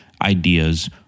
ideas